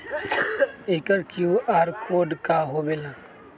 एकर QR code का होकेला?